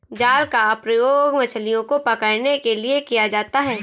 जाल का प्रयोग मछलियो को पकड़ने के लिये किया जाता है